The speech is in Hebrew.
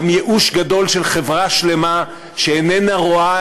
גם ייאוש גדול של חברה שלמה שאיננה רואה